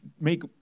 make